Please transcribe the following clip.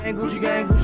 and gucci gang,